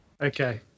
Okay